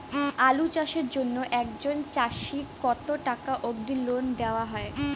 আলু চাষের জন্য একজন চাষীক কতো টাকা অব্দি লোন দেওয়া হয়?